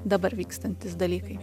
dabar vykstantys dalykai